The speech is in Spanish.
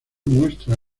muestra